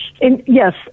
Yes